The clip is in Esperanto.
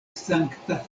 sankta